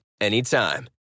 anytime